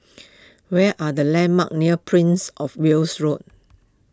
what are the landmarks near Prince of Wales Road